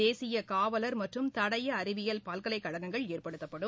தேசிய காவலர் மற்றும் தடய அறிவியல் பல்கலைக்கழகங்கள் ஏற்படுத்தப்படும்